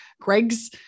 Greg's